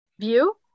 view